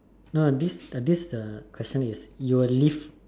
no no this the this the question is you will live